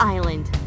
Island